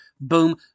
boom